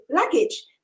luggage